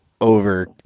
over